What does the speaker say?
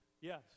yes